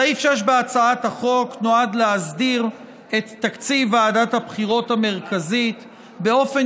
סעיף 6 בהצעת החוק נועד להסדיר את תקציב ועדת הבחירות המרכזית באופן